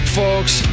folks